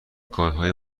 کارهای